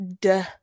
Duh